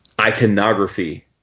iconography